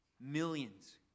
millions